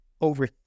over